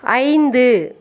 ஐந்து